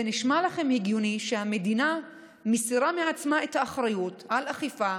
זה נשמע לכם הגיוני שהמדינה מסירה מעצמה את האחריות לאכיפה,